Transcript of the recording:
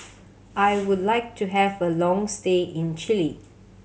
I would like to have a long stay in Chile